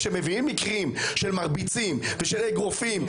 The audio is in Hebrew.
כשמביאים מקרים של מרביצים ושל אגרופים,